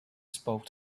spoke